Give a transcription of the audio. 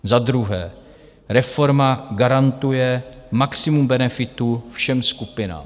Za druhé, reforma garantuje maximum benefitů všem skupinám.